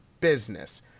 business